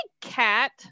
cat